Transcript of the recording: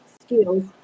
skills